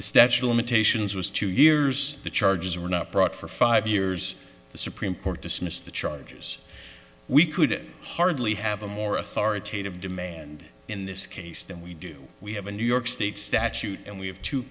the statue limitations was two years the charges were not brought for five years the supreme court dismissed the charges we could hardly have a more authoritative demand in this case than we do we have a new york state statute and we have t